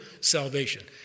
salvation